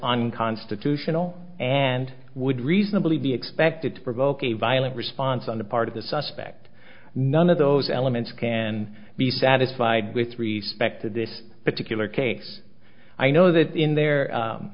unconstitutional and would reasonably be expected to provoke a violent response on the part of the suspect none of those elements can be satisfied with respect to this particular case i know that in the